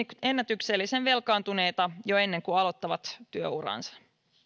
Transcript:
ennätyksellisen velkaantuneita jo ennen kuin aloittavat työuransa